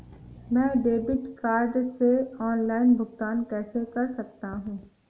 मैं debit card से online भुगतान कैसे कर सकता हूँ?